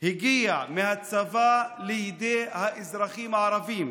הגיעו מהצבא לידי האזרחים הערבים,